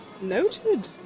Noted